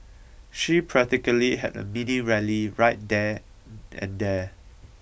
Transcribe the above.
she practically had a mini rally right then and there